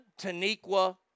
taniqua